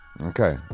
Okay